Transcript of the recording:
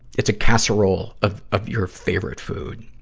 it's a casserole of, of your favorite food.